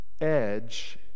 Edge